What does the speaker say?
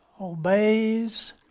obeys